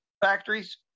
factories